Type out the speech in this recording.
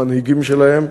במנהיגים שלהם,